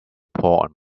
poured